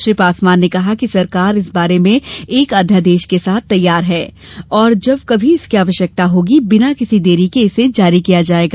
श्री पासवान ने कहा कि सरकार इस बारे में एक अध्यादेश के साथ तैयार है और जब कभी इसकी आवश्यकता होगी बिना किसी देरी के इसे जारी किया जाएगा